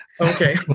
Okay